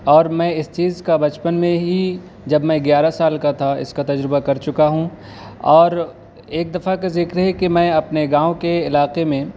اور میں اس چیز کا بچپن میں ہی جب میں گیارہ سال کا تھا اس کا تجربہ کر چکا ہوں اور ایک دفعہ کا ذکر ہے کہ میں اپنے گاؤں کے علاقے میں